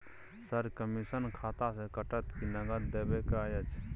Sir, commission खाता से कटत कि नगद देबै के अएछ?